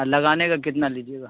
لگانے کا کتنا لیجیے گا